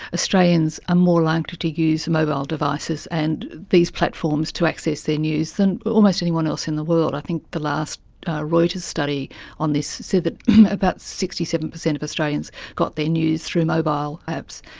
australians are ah more likely to use mobile devices and these platforms to access their news than almost anyone else in the world. i think the last reuters study on this said that about sixty seven percent of australians got their news through mobile apps,